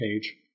page